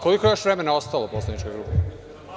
Koliko još vremena ostalo poslaničkoj grupi?